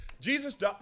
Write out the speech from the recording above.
Jesus